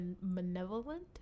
malevolent